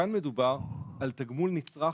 כאן מדובר על תגמול נצרך